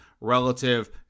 relative